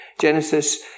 Genesis